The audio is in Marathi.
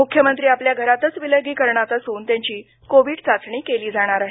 मुख्यमंत्री आपल्या घरातच विलगीकरणात असून त्यांची कोविड चाचणी केली जाणार आहे